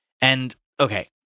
and—okay